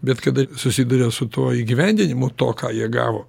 bet kada susiduria su tuo įgyvendinimu to ką jie gavo